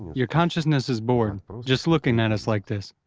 your consciousness is bored just looking at us like this.